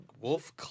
Wolf